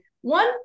One